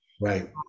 right